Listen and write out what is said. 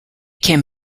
can